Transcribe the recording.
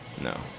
no